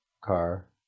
car